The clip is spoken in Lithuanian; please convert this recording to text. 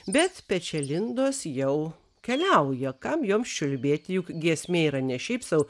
bet pečialindos jau keliauja kam joms čiulbėti juk giesmė yra ne šiaip sau